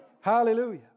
Hallelujah